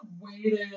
waited